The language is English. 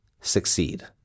succeed